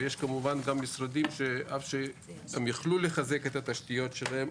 ויש כמובן גם משרדים שאף שהם יכלו לחזק את התשתיות שלהם,